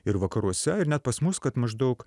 ir vakaruose ir net pas mus kad maždaug